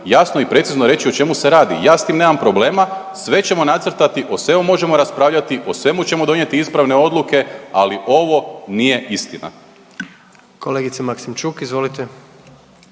jasno i precizno reći o čemu se radi. Ja s tim nemam problema sve ćemo nacrtati, o svemu možemo raspravljati, o svemu ćemo donijeti ispravne odluke, ali ovo nije istina. **Jandroković,